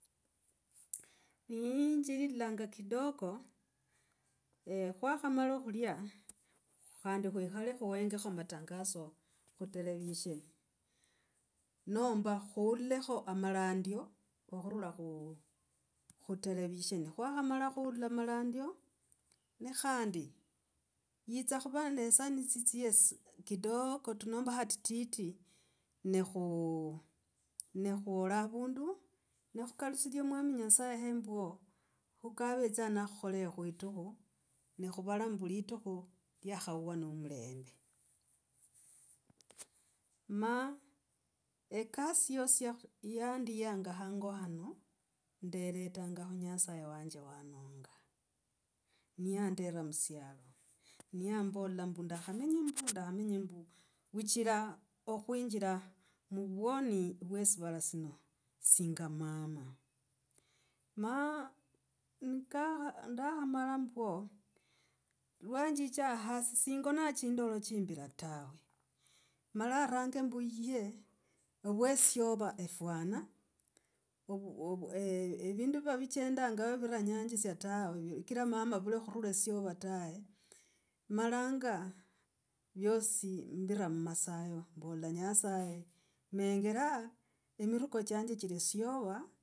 Niinjililanga kidogo, eeh khwakhamala khulia khandi khuikale khuhengekho matagaso khu television. Nomba khuululekho amaladyo akhurula khu. khutelevision. Khwakha mala khuula malandyo, ne khandi yitsa khuvane esaa nitsisiye kidogo nomba atitit nekhu, nekhwola avandu nekhukalusia mwami nyasaye embwo khukavetsaa nakhukhol khuitukhu, nekhuvala mbu litukhu iyakhavwa nomulembe. Ma, ekasi yosi yandiyanga hango hano nderetanga khu nyasaye wanje wanonga niyandera musialo niyambola mbu, ndakhemenye mbu, mdakhemanye mbu vuchira akhwinjira muvwoni vwe esivala sino singa mama, ma nikakha, ndakhamala mbwo mwenjicha hasi singona chindolo chimbira tawe mala range mbuye vwe esyova sifwana, evidu viva vichenda viranyanjisia tawe kira mama vule khurula esyova tave malanga vyosi mbira mumasaye, mbola nyasaye mengeraa emiruko chanje chilisyova.